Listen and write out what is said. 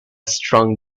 strong